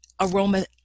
aroma